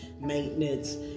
maintenance